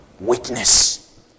witness